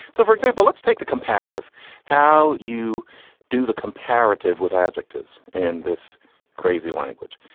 so, for example, let's take the comparative how you do the comparative with adjectives in this crazy language.